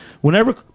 Whenever